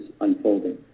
unfolding